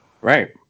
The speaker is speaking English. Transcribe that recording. Right